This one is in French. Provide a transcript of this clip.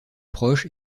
proche